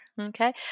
okay